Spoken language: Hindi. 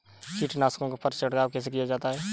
कीटनाशकों पर छिड़काव कैसे किया जाए?